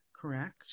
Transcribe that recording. correct